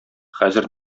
хәзер